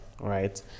right